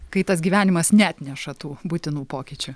kai tas gyvenimas neatneša tų būtinų pokyčių